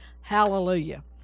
Hallelujah